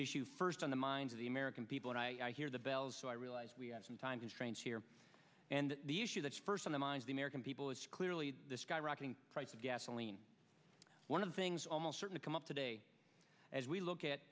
issue first on the minds of the american people and i hear the bells so i realize we have some time constraints here and the issue that is first on the minds the american people is clearly the skyrocketing price of gasoline one of the things almost certain to come up today as we look at